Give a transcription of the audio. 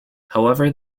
however